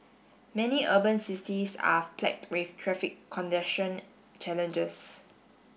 many urban cities are plagued with traffic congestion challenges